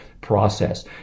process